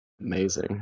amazing